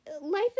life